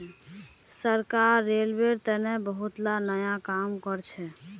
सरकार रेलवेर तने बहुतला नया काम भी करछ